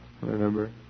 Remember